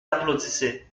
applaudissaient